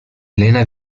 elena